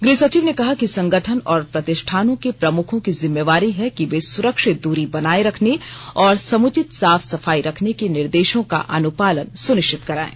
गृहसचिव ने कहा कि संगठन और प्रतिष्ठानों के प्रमुखों की जिम्मेवारी है कि वे सुरक्षित दूरी बनाए रखने और समुचित साफ सफाई रखने के निर्देशों का अनुपालन सुनिश्चित कराएं